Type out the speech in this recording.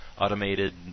automated